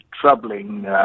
troubling